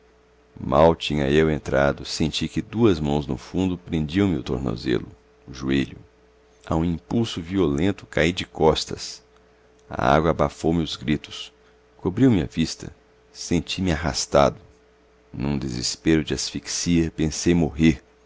mal tinha eu entrado senti que duas mãos no fundo prendiam me o tornozelo o joelho a um impulso violento cai de costas a água abafou me os gritos cobriu me a vista senti-me arrastado num desespero de asfixia pensei morrer